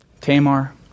Tamar